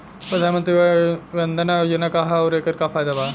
प्रधानमंत्री वय वन्दना योजना का ह आउर एकर का फायदा बा?